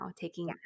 taking